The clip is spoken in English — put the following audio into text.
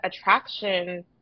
attraction